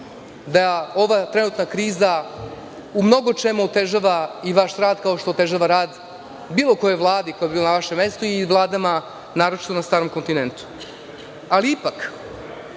da ova trenutna kriza u mnogo čemu otežava i vaš rad, kao što otežava rad bilo koje vlade koja bi bila na našem mestu i vladama, naročito na starom kontinentu. Ali ipak,